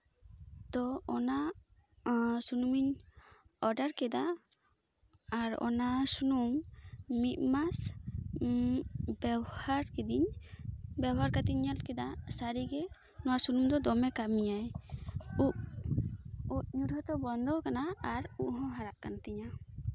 ᱛᱳ ᱚᱱᱟ ᱥᱩᱱᱩᱢᱤᱧ ᱚᱰᱟᱨ ᱠᱮᱫᱟ ᱟᱨ ᱚᱱᱟ ᱥᱩᱱᱩᱢ ᱢᱤᱫᱢᱟᱥ ᱵᱮᱵᱚᱦᱟᱨ ᱠᱤᱫᱤᱧ ᱵᱮᱵᱚᱦᱟᱨ ᱠᱟᱛᱮᱜ ᱤᱧ ᱧᱮᱞ ᱠᱮᱫᱟ ᱥᱟᱹᱨᱤᱜᱮ ᱱᱚᱣᱟ ᱥᱩᱱᱩᱢ ᱫᱚ ᱫᱚᱢᱮ ᱠᱟᱹᱢᱤᱭᱟᱭ ᱩᱵ ᱩᱵ ᱧᱩᱨᱦᱟᱹᱜ ᱫᱚ ᱵᱚᱱᱫᱚ ᱠᱟᱱᱟ ᱟᱨ ᱩᱵ ᱦᱚᱸ ᱦᱟᱨᱟᱜ ᱠᱟᱱ ᱛᱤᱧᱟ